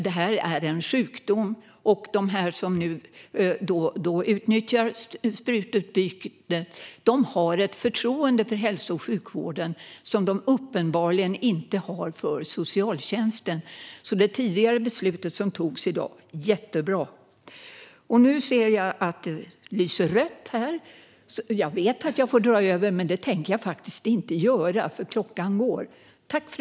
Det här är en sjukdom, och de som utnyttjar sprututbytet har ett förtroende för hälso och sjukvården som de uppenbarligen inte har för socialtjänsten. Det beslut som togs tidigare i dag är alltså jättebra. Nu ser jag att det lyser rött på klockan här. Jag vet att jag får dra över tiden, men det tänker jag faktiskt inte göra. Klockan går!